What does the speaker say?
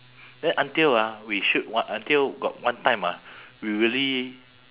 then until ah we shoot one until got one time ah we really